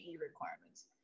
requirements